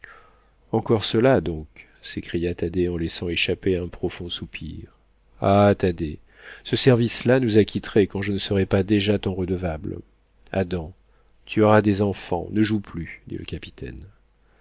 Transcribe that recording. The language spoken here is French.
encore cela donc s'écria thaddée en laissant échapper un profond soupir ah thaddée ce service là nous acquitterait quand je ne serais pas déjà ton redevable adam tu auras des enfants ne joue plus dit le capitaine